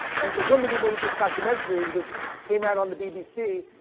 and the woman who made this documentary, which came out on the bbc,